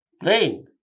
playing